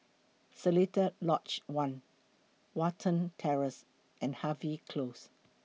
Seletar Lodge one Watten Terrace and Harvey Close